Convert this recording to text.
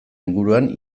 inguruan